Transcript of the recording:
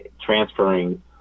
transferring